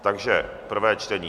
Takže prvé čtení.